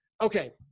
Okay